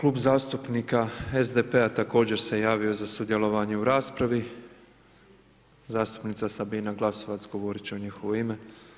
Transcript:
Klub zastupnika SDP-a također se je javio u sudjelovanje u raspravi, zastupnica Sabina Glasnovac, govorit će u njihovo ime.